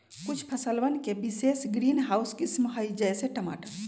कुछ फसलवन के विशेष ग्रीनहाउस किस्म हई, जैसे टमाटर